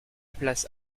place